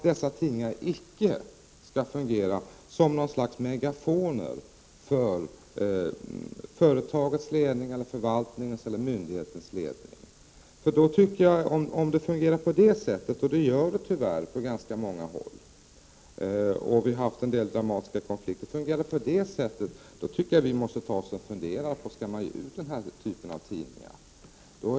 Dessa tidningar skall icke fungera som något slags megafoner för företagets, förvaltningens eller myndighetens ledning. Om det fungerar på det sättet — vilket det tyvärr gör på ganska många håll, och vi har haft en del dramatiska konflikter —, måste vi ta oss en funderare på om man skall ge ut den här typen av tidningar.